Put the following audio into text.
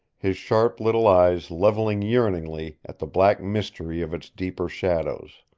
his sharp little eyes leveled yearningly at the black mystery of its deeper shadows.